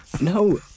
No